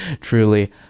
truly